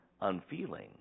unfeeling